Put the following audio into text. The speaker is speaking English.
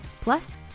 Plus